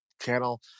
channel